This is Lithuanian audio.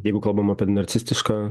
jeigu kalbam apie narcistišką